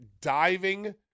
diving